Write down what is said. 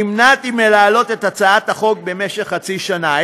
נמנעתי מלהעלות את הצעת החוק במשך חצי שנה.